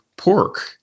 pork